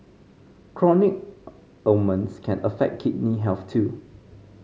chronic ailments can affect kidney health too